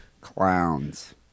Clowns